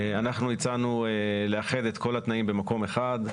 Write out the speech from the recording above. אנחנו הצענו לאחד את כל התנאים במקום אחד,